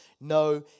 no